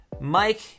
Mike